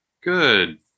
Good